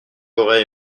aurais